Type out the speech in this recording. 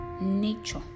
nature